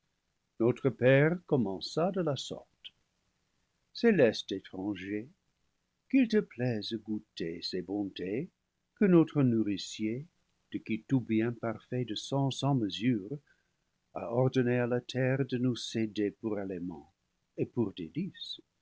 notre père commença de la sorte céleste étranger qu'il te plaise goûter ces bontés que notre nourricier de qui tout bien parfait descend sans mesure a ordonné à la terre de nous céder pour aliment et pour délice